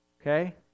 Okay